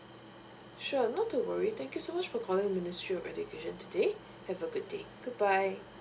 sure not to worry thank you so much for calling ministry of education today have a good day goodbye